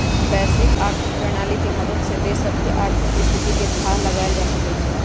वैश्विक आर्थिक प्रणाली के मदद से देश सभके आर्थिक स्थिति के थाह लगाएल जा सकइ छै